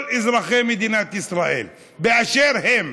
משל כל אזרחי מדינת ישראל באשר הם.